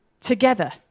Together